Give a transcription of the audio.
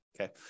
okay